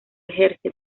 ejerce